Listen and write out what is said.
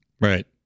Right